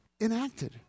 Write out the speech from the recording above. enacted